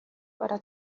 para